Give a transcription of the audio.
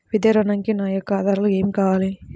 విద్యా ఋణంకి నా యొక్క ఆధారాలు ఏమి కావాలి?